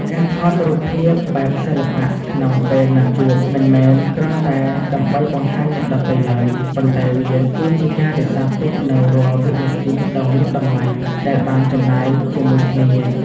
ការថតរូបភាពបែបសិល្បៈ ក្នុងពេលណាត់ជួប មិនមែនគ្រាន់តែដើម្បីបង្ហាញអ្នកដទៃឡើយ ប៉ុន្តែវាគឺជាការរក្សាទុកនូវរាល់វិនាទីដ៏មានតម្លៃដែលបានចំណាយជាមួយគ្នា។